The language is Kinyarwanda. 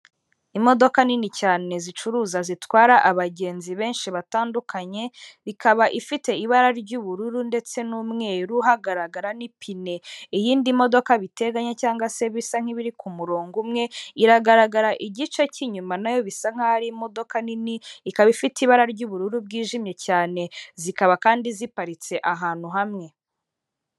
Imodoka nini cyane zicuruza zitwara abagenzi benshi batandukanye, ikaba ifite ibara ry'ubururu ndetse n'umweru hagaragara n'ipine, iyindi modoka biteganye cyangwa se bisa nk'ibiri ku murongo umwe, iragaragara igice cy'inyuma nayo bisa nk'aho ari imodoka nini ikaba ifite ibara ry'ubururu bwijimye cyane zikaba kandi ziparitse ahantu hamwe.